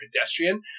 pedestrian